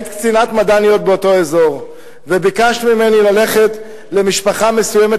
היית קצינת מד"ניות באותו אזור וביקשת ממני ללכת למשפחה מסוימת